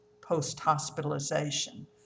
post-hospitalization